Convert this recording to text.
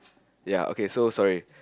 ya okay so sorry